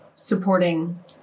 supporting